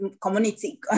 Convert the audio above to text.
community